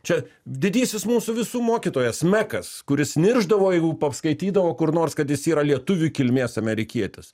čia didysis mūsų visų mokytojas mekas kuris niršdavo jeigu paskaitydavo kur nors kad jis yra lietuvių kilmės amerikietis